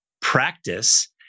practice